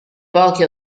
pochi